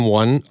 one